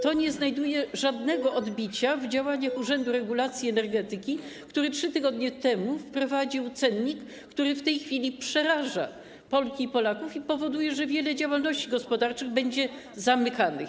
To nie znajduje żadnego odbicia w działaniach Urzędu Regulacji Energetyki, który 3 tygodnie temu wprowadził cennik, który w tej chwili przeraża Polki i Polaków i powoduje, że wiele działalności gospodarczych będzie zamykanych.